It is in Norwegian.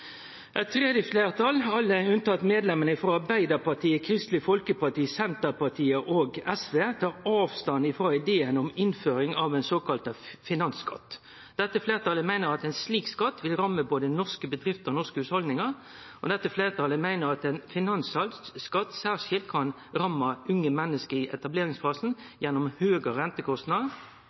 Eit tredje fleirtal – alle unntatt medlemane frå Arbeidarpartiet, Kristeleg Folkeparti, Senterpartiet og SV – tar avstand frå ideen om innføring av ein såkalla finansskatt. Dette fleirtalet meiner at ein slik skatt vil ramme både norske bedrifter og norske hushald. Dette fleirtalet meiner at ein finansskatt særskilt kan ramme unge menneske i etableringsfasen gjennom høgare rentekostnader.